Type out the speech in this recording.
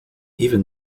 even